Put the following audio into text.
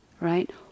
right